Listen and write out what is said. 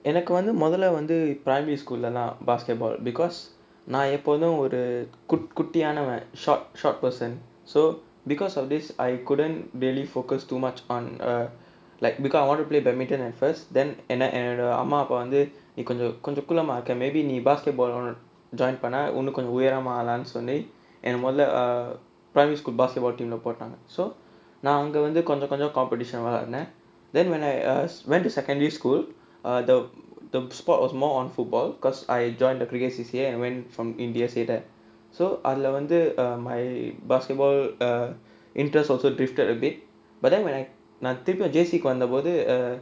எனக்கு வந்து முதல வந்து:enakku vanthu mudhala vanthu primary school தான்:thaan basketball because நா எப்போது ஒரு குட்டி குட்டியானவன்:naa eppothu oru kutti kuttiyaanavan short short person so because of this I couldn't really focus too much on err like because I want to play badminton at first then என்னோட அம்மா அப்பா வந்து நீ கொஞ்ச கொஞ்ச குள்ளமா இருக்க:ennoda amma appa vanthu nee konja konja kullamaa irukka may be நீ:nee basketball join பண்ணா இன்னும் கொஞ்சம் உயரமாகலாம் சொல்லி என்ன முதல:pannaa innum konjam uyaramaagalaam solli enna mudhala primary school basketball team lah போட்டாங்க:pottaanga so நா அங்க வந்து கொஞ்ச கொஞ்சம்:naa anga vanthu konja konjam competition விளையாடுனேன்:vilaiyaadunaen then when err I went to secondary school err the the sport was more on football because I joined the previous C_C_A and went from india so அதுல வந்து:athula vanthu my basketball err interest also drifted a bit but then when I நா திருப்பியும்:naa thirippiyum J_C வந்தபோது:vanthapothu